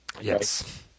Yes